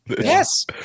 Yes